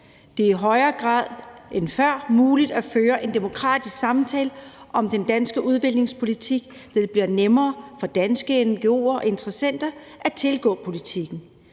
Det er i højere grad end før muligt at føre en demokratisk samtale om den danske udviklingspolitik. Det bliver nemmere for danske ngo'er og interessenter at tilgå politikken.